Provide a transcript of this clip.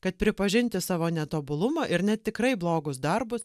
kad pripažinti savo netobulumą ir net tikrai blogus darbus